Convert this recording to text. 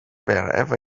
wherever